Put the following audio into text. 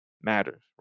matters